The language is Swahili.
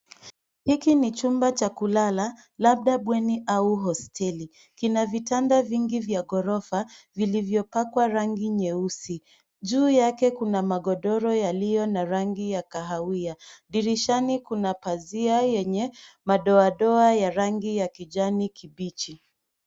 Hiki ni chumba cha kulala labda bweni au hosteli. Kina vitanda vingi vya ghorofa vilivyopakwa rangi nyeusi. Juu yake kuna magodoro yaliyo na rangi ya kahawia. Dirishani kuna pazia yenye madoa doa ya rangi ya kijani kibichi.